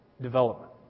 development